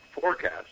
forecast